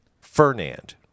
Fernand